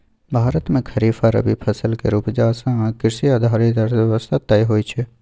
भारत मे खरीफ आ रबी फसल केर उपजा सँ कृषि आधारित अर्थव्यवस्था तय होइ छै